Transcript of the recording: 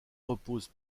repose